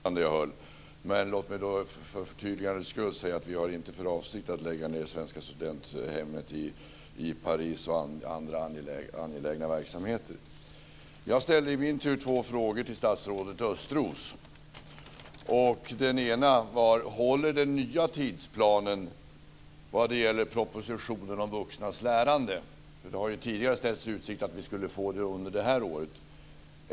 Fru talman! Med anledning av utbildningsministerns kommentarer till det moderata budgetförslaget vill jag svara på de frågor som framfördes av utbildningsministern. Låt mig för förtydligandets skull säga att vi inte har för avsikt att lägga ned det svenska studenthemmet i Paris eller andra angelägna verksamheter. Jag ställde i min tur två frågor till statsrådet Östros. Den ena var: Håller den nya tidsplanen vad gäller propositionen om vuxnas lärande? Det har tidigare ställts i utsikt att vi skulle få den under det här året.